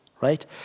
right